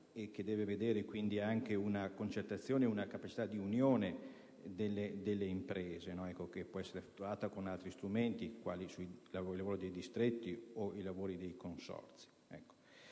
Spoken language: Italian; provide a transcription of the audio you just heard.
e che deve vedere quindi anche una concertazione e una capacità di unione delle imprese, che può essere attuata con altri strumenti, quali i lavori dei distretti o dei consorzi.